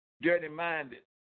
Dirty-minded